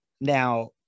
Now